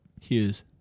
Hughes